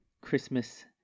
Christmas